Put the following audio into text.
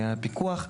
לעניין הפיקוח,